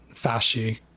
Fasci